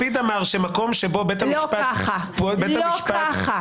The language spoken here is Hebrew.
גם יאיר לפיד אמר שמקום שבו בית המשפט פועל- -- לא ככה.